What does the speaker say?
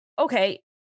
okay